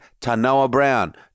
Tanoa-Brown